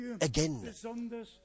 again